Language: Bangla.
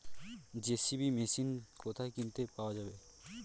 জে.সি.বি মেশিন কোথায় কিনতে পাওয়া যাবে?